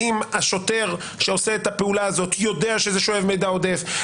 האם השוטר שעושה את הפעולה הזאת יודע שזה שואב מידע עודף?